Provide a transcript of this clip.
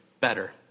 better